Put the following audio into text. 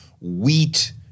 wheat